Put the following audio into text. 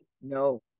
no